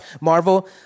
Marvel